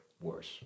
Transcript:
worse